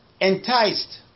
enticed